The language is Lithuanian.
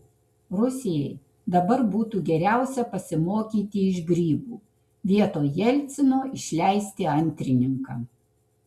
rusijai dabar būtų geriausia pasimokyti iš grybų vietoj jelcino išleisti antrininką